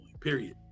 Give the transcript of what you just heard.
period